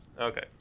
Okay